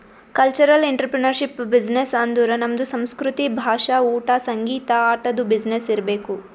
cultural entrepreneurship business ಅಂದುರ್ ನಮ್ದು ಸಂಸ್ಕೃತಿ, ಭಾಷಾ, ಊಟಾ, ಸಂಗೀತ, ಆಟದು ಬಿಸಿನ್ನೆಸ್ ಇರ್ಬೇಕ್